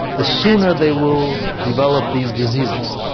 the sooner they will develop these diseases.